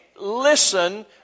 listen